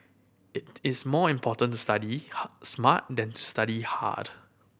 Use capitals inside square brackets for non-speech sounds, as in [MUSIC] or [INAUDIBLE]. it is more important to study [UNINTELLIGIBLE] smart than to study hard